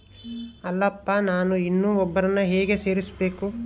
ಅಲ್ಲಪ್ಪ ನಾನು ಇನ್ನೂ ಒಬ್ಬರನ್ನ ಹೇಗೆ ಸೇರಿಸಬೇಕು?